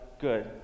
good